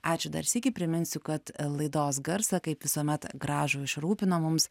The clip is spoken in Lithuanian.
ačiū dar sykį priminsiu kad laidos garsą kaip visuomet gražų išrūpino mums